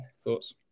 thoughts